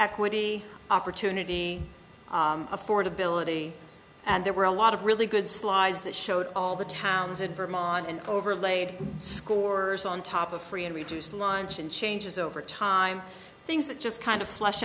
equity opportunity affordability and there were a lot of really good slides that showed all the towns in vermont and overlaid scores on top of free and reduced lunch and changes over time things that just kind of flesh